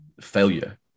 failure